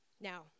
Now